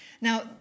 Now